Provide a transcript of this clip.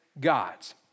God's